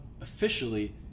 officially